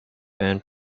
ben